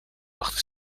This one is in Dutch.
achter